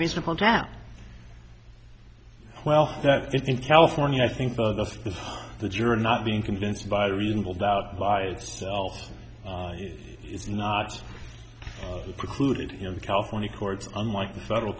reasonable doubt well in california i think the jury not being convinced by reasonable doubt by itself is not precluded you know the california courts unlike the federal